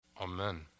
Amen